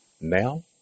now